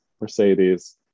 Mercedes